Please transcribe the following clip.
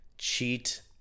Cheat